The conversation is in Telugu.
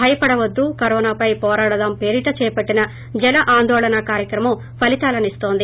భయపడొద్దు కరోనాపై పోరాడదావి పేరిట చేపట్టిన జన ఆందోళన కార్యక్రమం ఫలితాలనీస్తోంది